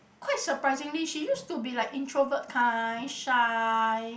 quite surprisingly she used to be like introvert kind shy